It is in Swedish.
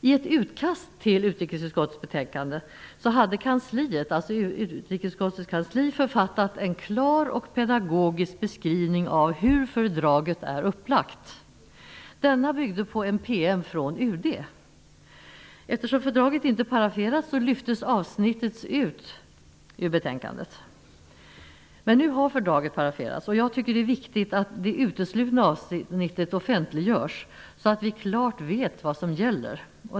I ett utkast till utrikesutskottets betänkande hade utskottets kansli författat en klar och pedagogisk beskrivning av hur fördraget är upplagt. Denna byggde på ett PM från UD. Eftersom fördraget inte paraferats lyftes avsnittet ut ur betänkandet. Nu har fördraget paraferats. Jag tycker att det är viktigt att det uteslutna avsnittet offentliggörs, så att vi klart vet vad som gäller.